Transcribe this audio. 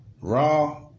Raw